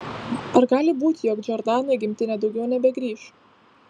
ar gali būti jog džordana į gimtinę daugiau nebegrįš